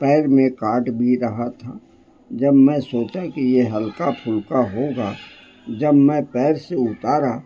پیر میں کاٹ بھی رہا تھا جب میں سوچا کہ یہ ہلکا پھلکا ہوگا جب میں پیر سے اتارا